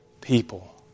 people